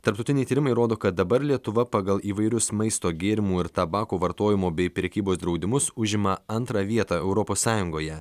tarptautiniai tyrimai rodo kad dabar lietuva pagal įvairius maisto gėrimų ir tabako vartojimo bei prekybos draudimus užima antrą vietą europos sąjungoje